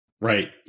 Right